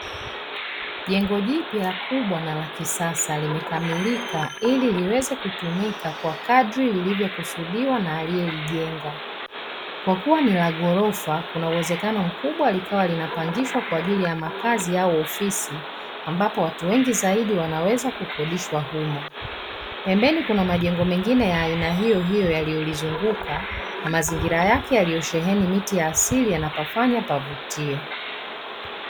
Jengo jipya kubwa na la kisasa limekamilika ili liweze kutumika kwa kadri lilivyokusudiwa na aliyelijenga. Kwa kuwa ni la ghorofa, kuna uwezekano mkubwa likawa linapangishwa kwa ajili ya makazi au ofisi ambapo watu wengi zaidi wanaweza kukodishwa humo. Pembeni kuna majengo mengine ya aina hiyohiyo yaliyolizunguka na mazingira yake yaliyosheheni miti ya asili yanapafanya pavutie.